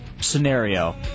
scenario